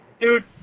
Dude